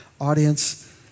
audience